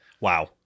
Wow